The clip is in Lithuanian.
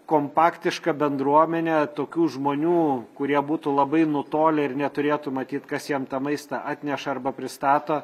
kompaktiška bendruomenė tokių žmonių kurie būtų labai nutolę ir neturėtų matyt kas jiem tą maistą atneša arba pristato